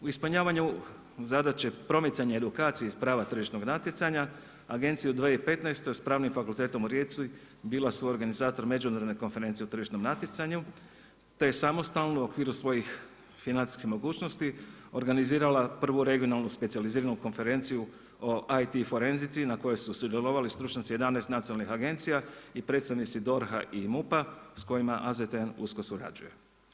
U ispunjavanju zadaće promicanja i edukacije iz prava tržišnog natjecanja Agencija u 2015. sa Pravnim fakultetom u Rijeci bila suorganizator Međunarodne konferencije u tržišnom natjecanju te je samostalno u okviru svojih financijskih mogućnosti organizirala prvu regionalnu specijaliziranu konferenciju o IT forenzici na kojoj su sudjelovali stručnjaci 11 nacionalnih agencija i predstavnici DORH-a i MUP-a s kojima AZTN usko surađuje.